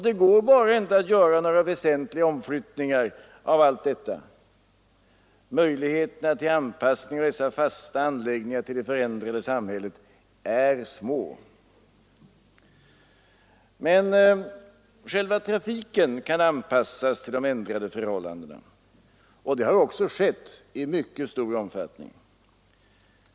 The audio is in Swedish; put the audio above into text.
Det går bara inte att göra några väsentliga omflyttningar av allt detta — möjligheterna till anpassning av dessa fasta anläggningar till det förändrade samhället är små. Men själva trafiken kan anpassas till de ändrade förhållandena. Det har också skett i mycket stor omfattning.